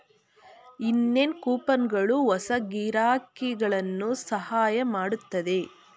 ಇನ್ನೇನ್ ಕೂಪನ್ಗಳು ಹೊಸ ಗಿರಾಕಿಗಳನ್ನು ಸಹಾಯ ಮಾಡುತ್ತದೆ